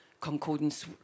concordance